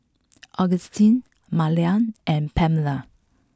Agustin Malia and Pamella